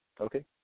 okay